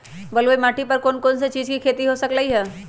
बलुई माटी पर कोन कोन चीज के खेती हो सकलई ह?